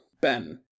Ben